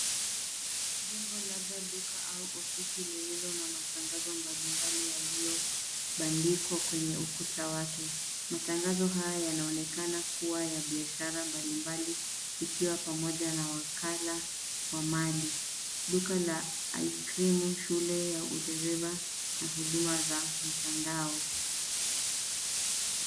Jengo labda duka au ofisi lililo na matangazo mbali mbali yaliyobandikwa kwenye ukuta wake. Matangazo haya yanaonekana kuwa ya biashara mbali mbali ikiwa pamoja na wakala wa mali. Duka la ice krimu, shule ya udereva na huduma za mtandao.